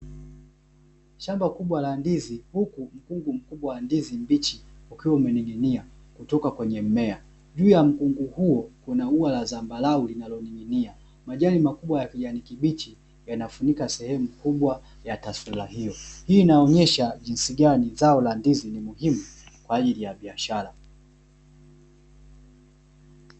Shamba kubwa la ndizi huku mkungu mkubwa wa ndizi mbichi ukiwa umening'inia kutoka kwenye mmea, juu ya mkungu huo kuna ua la dhambarau linaloning'nia majani ya kijani kibichi yanafunika sehemu kubwa ya taswira hiyo, hii inaonyesha jinsi gani zao la ndizi ni muhimu kwa ajili ya biashara.